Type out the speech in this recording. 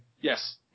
Yes